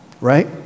right